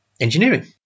engineering